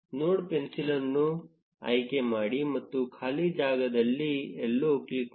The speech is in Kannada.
ನೋಡ್ ಪೆನ್ಸಿಲ್ ಅನ್ನು ಆಯ್ಕೆ ಮಾಡಿ ಮತ್ತು ಖಾಲಿ ಜಾಗದಲ್ಲಿ ಎಲ್ಲೋ ಕ್ಲಿಕ್ ಮಾಡಿ